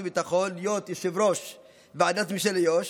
וביטחון להיות יושב-ראש ועדת המשנה ליו"ש,